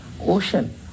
ocean